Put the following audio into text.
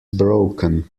broken